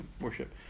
worship